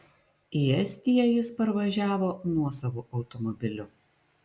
į estiją jis parvažiavo nuosavu automobiliu